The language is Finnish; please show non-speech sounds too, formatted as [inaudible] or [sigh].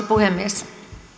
[unintelligible] puhemies